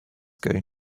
going